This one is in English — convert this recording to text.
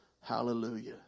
hallelujah